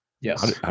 Yes